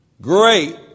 Great